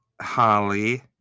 Holly